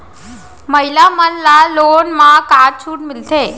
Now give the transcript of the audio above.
महिला मन ला लोन मा का छूट मिलथे?